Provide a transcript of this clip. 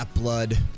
Blood